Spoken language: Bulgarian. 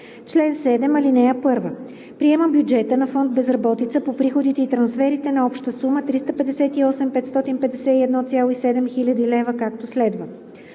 чл. 7: „Чл. 7. (1) Приема бюджета на фонд „Безработица“ по приходите и трансферите на обща сума 358 551,7 хил. лв., както следва: